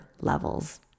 levels